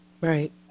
Right